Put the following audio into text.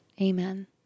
Amen